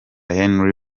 henry